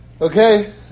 Okay